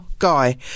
guy